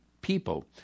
people